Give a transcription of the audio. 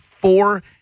four